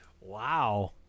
Wow